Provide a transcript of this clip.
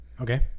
okay